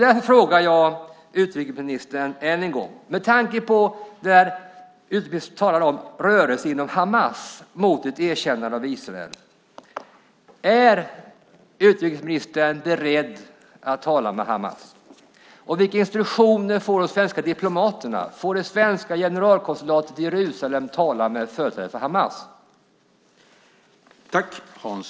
Därför frågar jag utrikesministern än en gång: Med tanke på att utrikesministern talade om en rörelse inom Hamas mot ett erkännande av Israel, är utrikesministern beredd att tala med Hamas? Vilka instruktioner får de svenska diplomaterna? Får det svenska generalkonsulatet i Jerusalem tala med företrädare för Hamas?